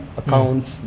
accounts